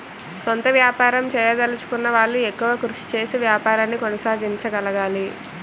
సొంత వ్యాపారం చేయదలచుకున్న వాళ్లు ఎక్కువ కృషి చేసి వ్యాపారాన్ని కొనసాగించగలగాలి